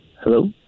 Hello